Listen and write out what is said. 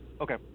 Okay